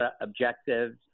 objectives